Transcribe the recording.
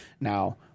now